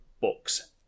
Books